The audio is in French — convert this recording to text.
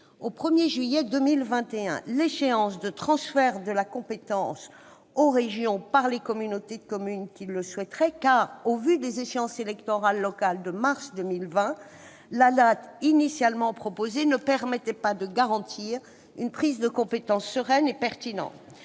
au 1 juillet 2021 l'échéance du transfert de la compétence aux régions par les communautés de communes qui le souhaiteraient, car, au vu des échéances électorales de mars 2020, la date initialement proposée ne permettait pas de garantir une prise de compétence sereine et pertinente.